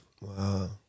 Wow